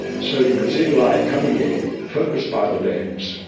so he could see the light coming in, focused by the lens,